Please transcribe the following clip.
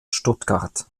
stuttgart